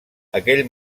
aquell